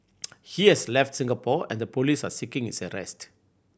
he has left Singapore and the police are seeking his arrest